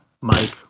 Mike